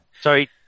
sorry